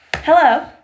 Hello